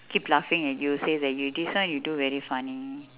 keep laughing at you say that you this one you do very funny